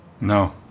No